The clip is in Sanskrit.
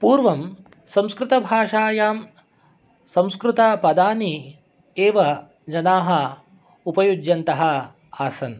पूर्वं संस्कृतभाषायां संस्कृतपदानि एव जनाः उपयुज्यवन्तः आसन्